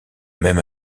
même